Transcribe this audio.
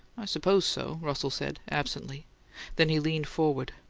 i suppose so, russell said, absently then he leaned forward.